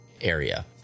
area